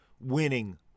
winning